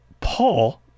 Paul